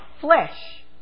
flesh